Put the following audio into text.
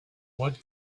what